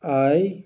I